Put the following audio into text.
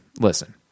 listen